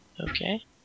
Okay